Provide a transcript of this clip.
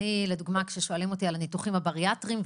אני לדוגמה כששואלים אותי על הניתוחים הבריאטריים,